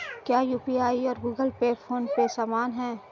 क्या यू.पी.आई और Google pay phone pay समान हैं?